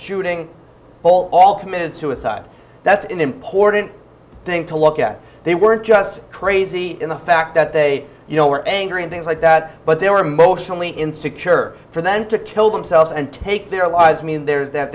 shooting all committed suicide that's an important thing to look at they weren't just crazy in the fact that they you know were angry and things like that but they were mostly in secure for then to kill themselves and take their lives i mean there's that